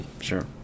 Sure